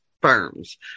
firms